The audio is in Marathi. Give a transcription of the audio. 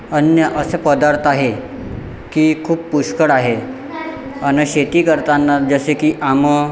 अन्य असं पदार्थ आहे की खूप पुष्कळ आहे आणि शेती करताना जसे की आमं